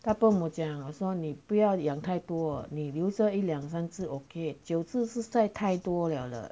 大伯母讲我说你不要养太多你留着一两三只 okay 九只实在太多了了